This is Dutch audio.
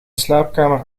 slaapkamer